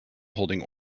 holding